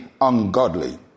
ungodly